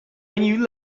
you